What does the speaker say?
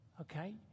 Okay